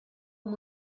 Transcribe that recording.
amb